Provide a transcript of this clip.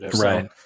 Right